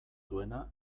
duena